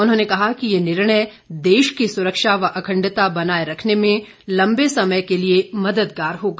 उन्होंने कहा कि ये निर्णय देश की सुरक्षा व अखंडता बनाए रखने में लम्बे समय के लिए मददगार होगा